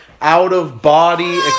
out-of-body